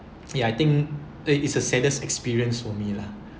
ya I think it's a saddest experience for me lah